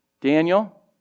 Daniel